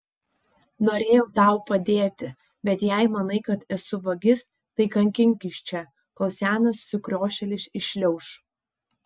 norėjau tau padėti bet jei manai kad esu vagis tai kankinkis čia kol senas sukriošėlis iššliauš